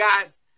guys